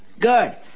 Good